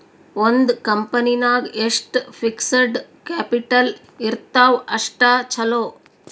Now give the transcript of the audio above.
ಒಂದ್ ಕಂಪನಿ ನಾಗ್ ಎಷ್ಟ್ ಫಿಕ್ಸಡ್ ಕ್ಯಾಪಿಟಲ್ ಇರ್ತಾವ್ ಅಷ್ಟ ಛಲೋ